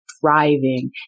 thriving